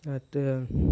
அடுத்து